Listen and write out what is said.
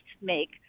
make